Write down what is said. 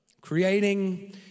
Creating